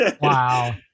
wow